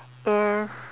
is